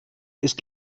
ist